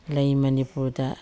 ꯂꯩ ꯃꯅꯤꯄꯨꯔꯗ